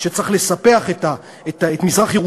שצריך לספח את מזרח-ירושלים,